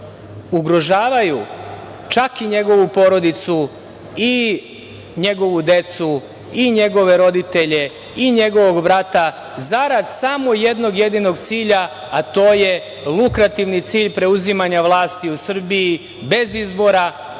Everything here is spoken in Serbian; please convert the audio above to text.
ugrožavaju čak i njegovu porodicu, i njegovu decu, i njegove roditelje i njegovog brata zarad samo jednog jedinog cilja, a to je lukrativni cilj preuzimanja vlasti u Srbiji bez izbora